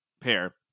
pair